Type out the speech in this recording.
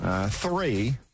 three